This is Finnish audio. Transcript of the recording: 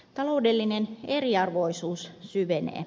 taloudellinen eriarvoisuus syvenee